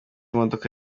imodoka